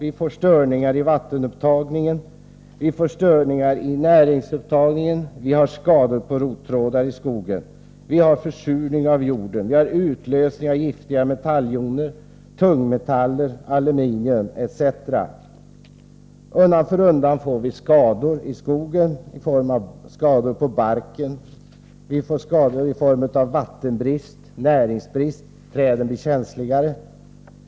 Vi får störningar i vattenupptagningen och i näringsupptagningen. Vi har skador på rottrådar i skogen. Vi har försurning av jorden och utlösning av giftiga metalljoner, tungmetaller, aluminium etc. Undan för undan får vi skador i skogen i form av skador på barken, vattenbrist och näringsbrist. Träden blir känsligare.